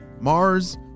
Mars